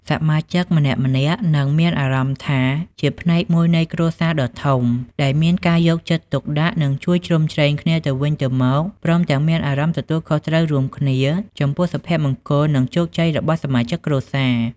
សមាជិកម្នាក់ៗនឹងមានអារម្មណ៍ថាជា ផ្នែកមួយនៃគ្រួសារដ៏ធំ ដែលមានការយកចិត្តទុកដាក់ និងជួយជ្រោមជ្រែងគ្នាទៅវិញទៅមក ព្រមទាំងមាន អារម្មណ៍ទទួលខុសត្រូវរួមគ្នា ចំពោះសុភមង្គល និងជោគជ័យរបស់សមាជិកគ្រួសារ។